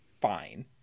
fine